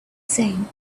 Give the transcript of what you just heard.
same